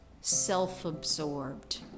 self-absorbed